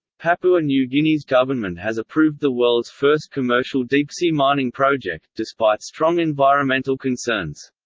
papua new guinea's government has approved the world's first commercial deep-sea mining project, despite strong environmental concerns.